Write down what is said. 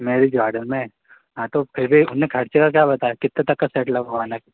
marriage garden में हाँ तो फिर भी उन्होंने ख़र्चे का क्या बताया कितने तक का सेट लगवाना है